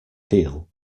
deal